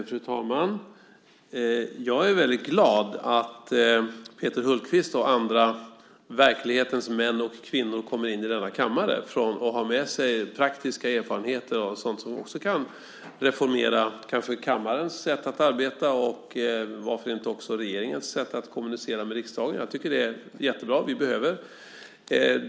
Fru talman! Jag är väldigt glad att Peter Hultqvist och andra verklighetens män och kvinnor kommer in i denna kammare och har med sig praktiska erfarenheter av sådant som kanske kan reformera kammarens sätt att arbeta - och varför inte också regeringens sätt att kommunicera med riksdagen. Jag tycker att det är jättebra. Vi behöver det.